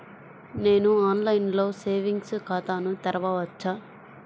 నేను ఆన్లైన్లో సేవింగ్స్ ఖాతాను తెరవవచ్చా?